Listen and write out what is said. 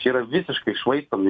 čia yra visiškai švaistomi